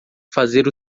fazer